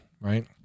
Right